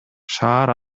шаар